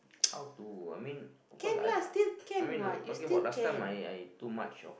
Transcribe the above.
how to I mean of course I I mean talking about last time I I too much of